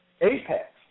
apex